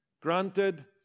granted